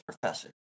professor